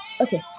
okay